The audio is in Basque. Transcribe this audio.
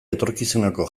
etorkizuneko